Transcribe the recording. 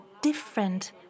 different